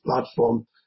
platform